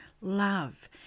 love